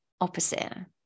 opposite